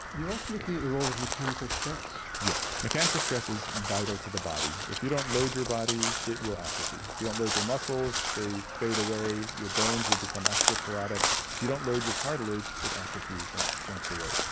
also looking at the role of mechanical stress. yes, mechanical stress is vital to the body. if you don't load your body it will atrophy. if you don't load your muscles they fade away, your bones will become osteoporotic. if you don't load your cartilage, it atrophies and it shrinks away.